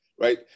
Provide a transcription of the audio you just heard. right